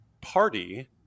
party